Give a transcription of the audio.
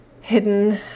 hidden